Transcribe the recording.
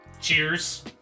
Cheers